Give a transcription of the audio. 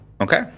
Okay